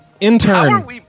intern